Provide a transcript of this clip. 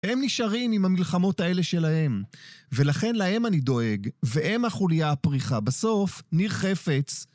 הם נשארים עם המלחמות האלה שלהם, ולכן להם אני דואג, והם החולייה הפריכה בסוף ניר חפץ